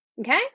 Okay